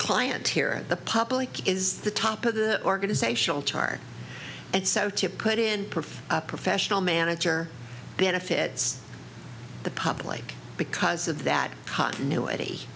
client here the public is the top of the organizational chart and so to put in prefer a professional manager benefits the public because of that continuity